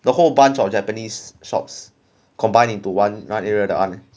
the whole bunch of japanese shops combined into one area the arm